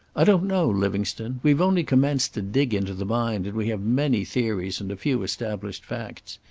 i don't know, livingstone. we've only commenced to dig into the mind, and we have many theories and a few established facts.